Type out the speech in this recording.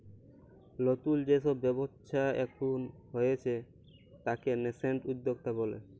লতুল যে সব ব্যবচ্ছা এখুন হয়ে তাকে ন্যাসেন্ট উদ্যক্তা ব্যলে